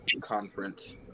conference